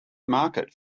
market